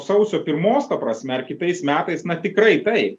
sausio pirmos ta prasme ar kitais metais na tikrai taip